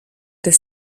des